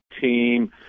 team